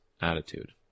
attitude